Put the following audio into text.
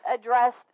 addressed